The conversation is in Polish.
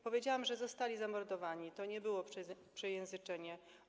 Powiedziałam, że zostali zamordowani, to nie było przejęzyczenie.